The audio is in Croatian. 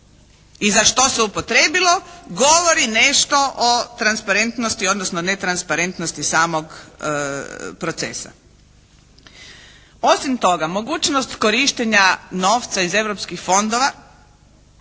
i za što se upotrijebilo govori nešto o transparentnosti, odnosno netransparentnosti samog procesa. Osim toga mogućnost korištenja novca iz europskih fondova